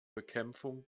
bekämpfung